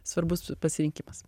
svarbus pasirinkimas